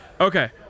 Okay